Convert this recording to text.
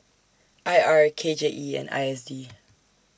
I R K J E and I S D